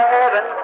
heaven